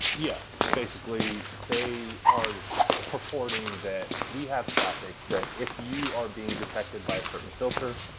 yeah. basically, they are purporting that we have traffic that if you are being detected by a certain filter,